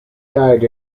died